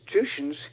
institutions